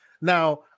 Now